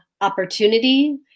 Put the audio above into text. opportunity